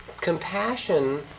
compassion